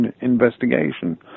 investigation